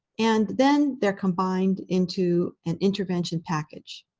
and then they're combined into an intervention package.